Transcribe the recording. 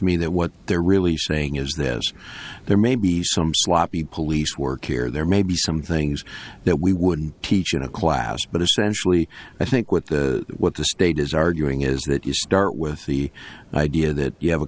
me that what they're really saying is this there may be some sloppy police work here there may be some things that we wouldn't teach in a class but essentially i think what the what the state is arguing is that you start with the idea that you have a